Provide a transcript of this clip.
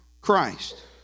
Christ